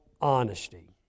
honesty